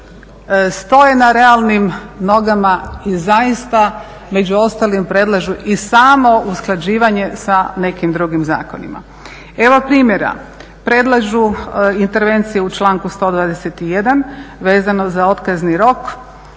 stoje na realnim nogama i zaista među ostalim predlažu i samo usklađivanje sa nekim drugim zakonima. Evo primjera, predlažu intervencije u članku 121. vezano za otkazni rok